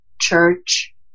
church